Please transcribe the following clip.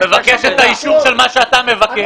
הוא מבקש את האישור של מה שאתה מבקש.